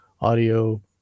audio